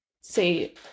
say